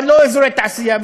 אבל לא אזורי תעשייה,